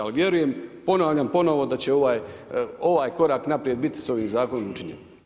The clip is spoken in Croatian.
Ali vjerujem, ponavljam ponovo da će ovaj korak naprijed biti s ovim zakonom učinjen.